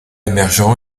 émergent